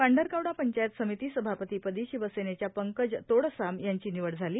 पांढरकवडा पंचायत समिती सभापती पदी शिवसेनेच्या पंकज तोडसाम यांची निवड झाली